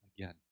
again